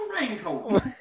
raincoat